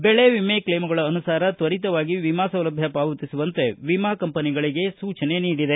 ಬೆಳೆ ವಿಮೆ ಕ್ಷೇಮಗಳ ಅನುಸಾರ ತ್ವರಿತವಾಗಿ ವಿಮಾ ಸೌಲಭ್ಯ ಪಾವತಿಸುವಂತೆ ವಿಮಾ ಕಂಪನಿಗಳಿಗೆ ಸೂಚನೆ ನೀಡಿದೆ